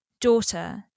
Daughter